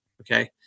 Okay